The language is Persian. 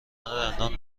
دندان